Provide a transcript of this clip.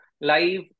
live